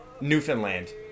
Newfoundland